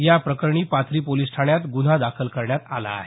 या प्रकरणी पाथरी पोलीस ठाण्यात ग्रन्हा दाखल करण्यात आला आहे